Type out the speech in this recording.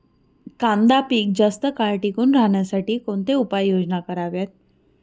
कांदा पीक जास्त काळ टिकून राहण्यासाठी कोणत्या उपाययोजना कराव्यात?